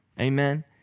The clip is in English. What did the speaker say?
Amen